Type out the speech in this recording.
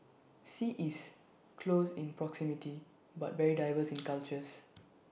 sea is close in proximity but very diverse in cultures